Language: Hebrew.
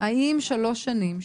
האם שלוש שנים,